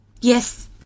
Yes